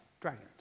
dragons